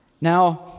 Now